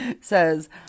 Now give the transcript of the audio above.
says